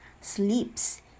Sleeps